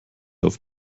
auf